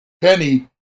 Penny